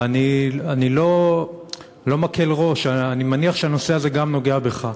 ואני לא מקל ראש, אני מניח שהנושא הזה נוגע גם בך.